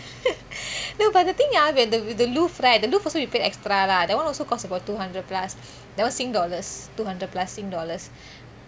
no but the thing ah when the the louvre right the louvre also we pay extra lah that one also costs about two hundred plus that one singapore dollars two hundred plus singapore dollars